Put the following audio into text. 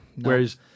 Whereas